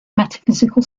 metaphysical